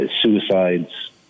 suicides